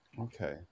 Okay